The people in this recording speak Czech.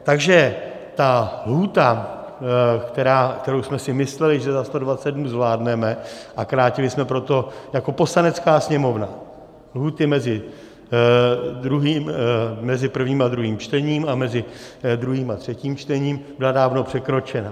Takže ta lhůta, kterou jsme si mysleli, že za 120 dnů zvládneme, a krátili jsme proto jako Poslanecká sněmovna lhůty mezi prvním a druhým čtením a mezi druhým a třetím čtením, byla dávno překročena.